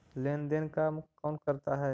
लेन देन का काम कौन करता है?